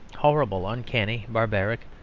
horrible, uncanny, barbaric,